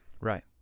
Right